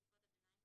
תקופת הביניים),